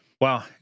Wow